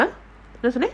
ah என்னசொன்ன:enna sonna